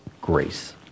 grace